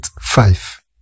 five